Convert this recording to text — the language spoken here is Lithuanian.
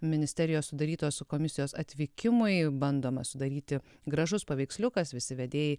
ministerijos sudarytos komisijos atvykimui bandomas sudaryti gražus paveiksliukas visi vedėjai